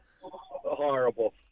Horrible